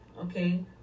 Okay